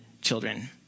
children